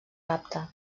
rapte